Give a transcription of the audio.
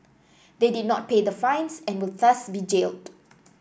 they did not pay the fines and will thus be jailed